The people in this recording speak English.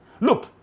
Look